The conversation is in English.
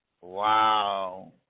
Wow